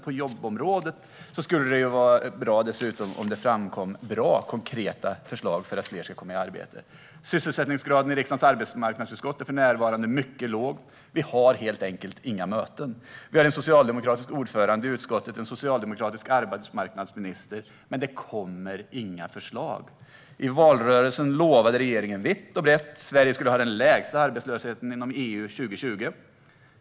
På jobbområdet skulle det ju dessutom vara bra om det framkom bra och konkreta förslag för att fler ska komma i arbete. Sysselsättningsgraden i riksdagens arbetsmarknadsutskott är för närvarande mycket låg. Vi har helt enkelt inga möten. Vi har en socialdemokratisk ordförande i utskottet och en socialdemokratisk arbetsmarknadsminister, men det kommer inga förslag. I valrörelsen lovade regeringen vitt och brett att Sverige skulle ha den lägsta arbetslösheten inom EU 2020.